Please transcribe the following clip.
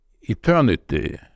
eternity